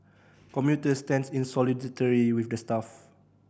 commuter stands in solidarity with the staff